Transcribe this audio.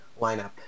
lineup